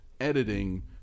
editing